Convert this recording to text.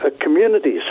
communities